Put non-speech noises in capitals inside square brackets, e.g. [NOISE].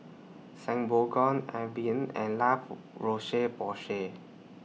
[UNINTELLIGIBLE] Avene and La [NOISE] Roche Porsay